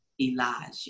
Elijah